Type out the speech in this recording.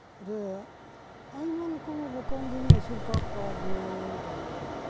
ᱨᱮ ᱟᱭᱢᱟ ᱨᱚᱠᱚᱢ ᱵᱚᱠᱚᱢ ᱜᱤᱧ ᱟᱹᱥᱩᱞ ᱠᱟᱜ ᱠᱚᱣᱟ ᱜᱟᱹᱭ ᱰᱟᱝᱨᱟ